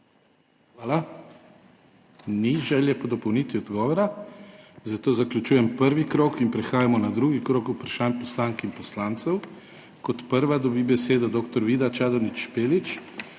Hvala. Ni želje po dopolnitvi odgovora, zato zaključujem prvi krog. Prehajamo na drugi krog vprašanj poslank in poslancev. Kot prva dobi besedo dr. Vida Čadonič Špelič,